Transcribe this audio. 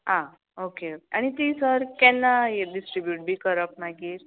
आं ओके आनी ती सर केन्ना हें डिस्ट्रिब्यूट बी करप मागीर